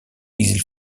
exil